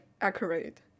accurate